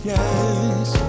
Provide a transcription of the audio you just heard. Yes